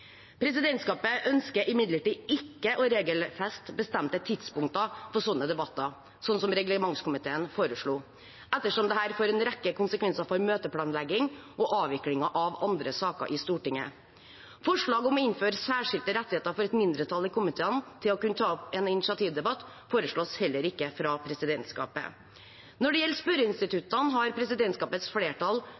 Presidentskapet ønsker imidlertid ikke å regelfeste bestemte tidspunkter for sånne debatter, sånn som reglementskomiteen foreslo, ettersom dette får en rekke konsekvenser for møteplanlegging og avviklingen av andre saker i Stortinget. Forslaget om å innføre særskilte rettigheter for et mindretall i komiteene til å kunne ta opp en initiativdebatt foreslås heller ikke av presidentskapet. Når det gjelder spørreinstituttene, har presidentskapets flertall